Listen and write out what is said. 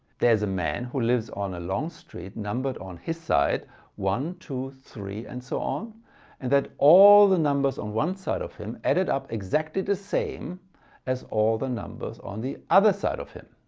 there's a man who lives on a long street numbered on his side one two three and so on and that all the numbers on one side of him added up exactly the same as all the numbers on the other side of him.